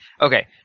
Okay